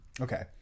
Okay